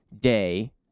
day